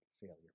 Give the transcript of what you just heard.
failure